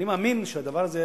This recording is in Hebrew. אני מאמין שהדבר הזה,